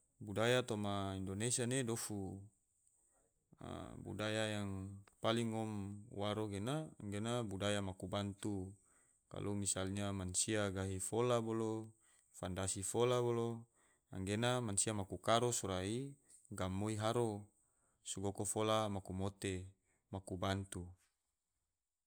Budaya toma indonesia ne dofu, budaya yang paling ngom waro gena, budaya maku bantu, kalo misalnya mansia gahi fola bolo, fandasi fola bolo, anggena mansia maku karo sorai gam moi haro sogoko fola maku mote, maku bantu